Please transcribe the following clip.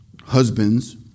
husbands